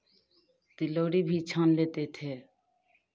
तिलौरी भी छान लेते थे